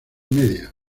media